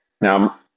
Now